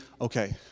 Okay